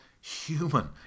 human